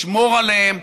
לשמור עליהם,